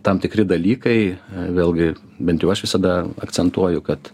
tam tikri dalykai vėlgi bent jau aš visada akcentuoju kad